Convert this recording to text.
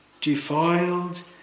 defiled